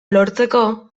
lortzeko